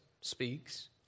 speaks